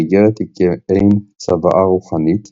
האיגרת היא כעין צוואה רוחנית